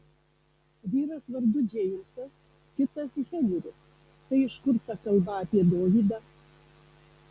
vyras vardu džeimsas kitas henris tai iš kur ta kalba apie dovydą